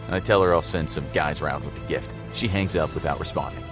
i tell her i'll send some guys round with a gift. she hangs up without responding.